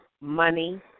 money